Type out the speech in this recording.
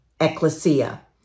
ecclesia